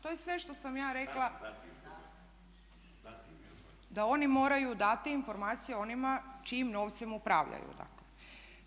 To je sve što sam ja rekla, … [[Upadica se ne čuje.]] da oni moraju dati informacije onima čijim novcem upravljaju dakle.